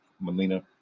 melina